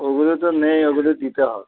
ওগুলো তো নেই ওগুলো দিতে হবে